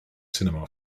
cinema